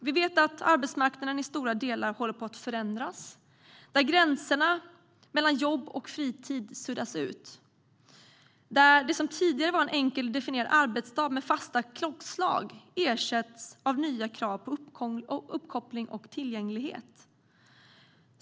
Vi vet att arbetsmarknaden i stora delar håller på att förändras. Gränserna mellan jobb och fritid suddas ut, och det som tidigare var en enkelt definierad arbetsdag med fasta klockslag ersätts av nya krav på uppkoppling och tillgänglighet.